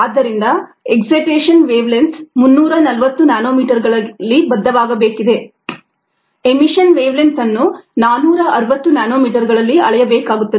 ಆದ್ದರಿಂದ excitation wavelength 340 ನ್ಯಾನೊಮೀಟರ್ಗಳಲ್ಲಿ ಬದ್ಧವಾಗಬೇಕಿದೆ ಎಮಿಶನ್ ವೇವಲೆಂಥ್ ಅನ್ನು 460 ನ್ಯಾನೊಮೀಟರ್ಗಳಲ್ಲಿ ಅಳೆಯಬೇಕಾಗುತ್ತದೆ